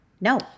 No